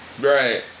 Right